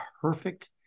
perfect